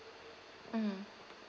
mm